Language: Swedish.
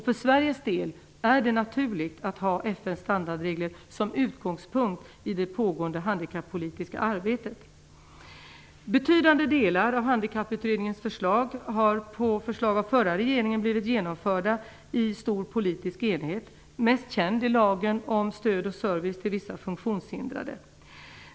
För Sveriges del är det naturligt att ha FN:s standardregler som utgångspunkt i det pågående handikappolitiska arbetet. Betydande delar av Handikapputredningens förslag har på förslag av förra regeringen blivit genomförda i stor politisk enighet. Mest känd är lagen om stöd och service till vissa funktionshindrade.